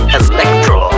electro